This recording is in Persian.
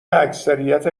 اکثریت